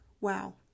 Wow